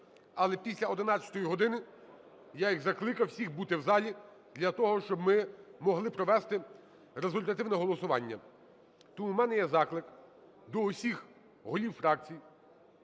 але після 11 години я їх закликав всіх бути в залі для того, щоб ми могли провести результативне голосування. Тому у мене є заклик до всіх голів фракцій